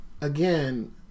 again